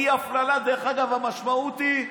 אי-הפללה, המשמעות היא: